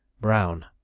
Brown